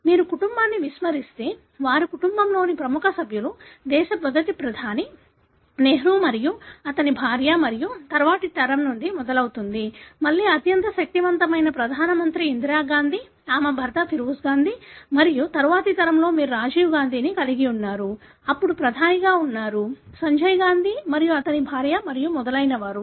మీరు కుటుంబాన్ని విస్తరిస్తే వారు కుటుంబంలోని ప్రముఖ సభ్యులు దేశ మొదటి ప్రధాని నెహ్రూ మరియు అతని భార్య మరియు తరువాతి తరం నుండి మొదలవుతుంది మళ్లీ అత్యంత శక్తివంతమైన ప్రధాన మంత్రి ఇందిరాగాంధీ ఆమె భర్త ఫిరోజ్ గాంధీ మరియు తరువాతి తరంలో మీరు రాజీవ్ గాంధీని కలిగి ఉన్నారు అప్పుడు ప్రధానిగా ఉన్నారు సంజయ్ గాంధీ మరియు అతని భార్య మరియు మొదలైనవారు